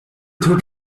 took